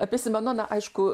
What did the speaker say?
apie simenoną aišku